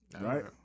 right